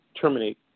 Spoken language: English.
terminate